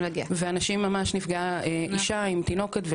ונפגעו אישה עם תינוקת,